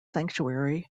sanctuary